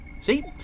See